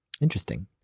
interesting